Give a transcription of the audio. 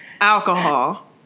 Alcohol